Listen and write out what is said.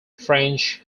french